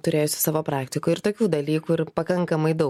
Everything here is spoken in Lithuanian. turėjusi savo praktikoj ir tokių dalykų ir pakankamai daug